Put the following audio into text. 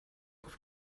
auf